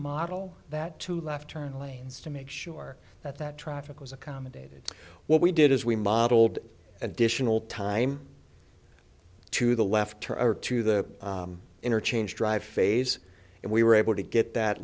model that two left turn lanes to make sure that that traffic was accommodated what we did is we modeled additional time to the left or to the interchange drive phase and we were able to get that